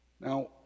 Now